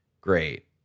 great